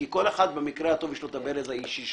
כי כל אחד במקרה הטוב יש לו את הברז האישי שלו.